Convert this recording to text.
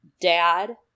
dad